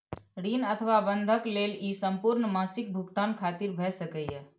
ऋण अथवा बंधक लेल ई संपूर्ण मासिक भुगतान खातिर भए सकैए